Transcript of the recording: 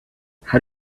how